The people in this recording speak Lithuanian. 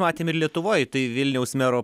matėm ir lietuvoj tai vilniaus mero